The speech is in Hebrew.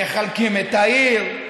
מחלקים את העיר,